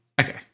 Okay